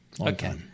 Okay